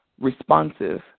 responsive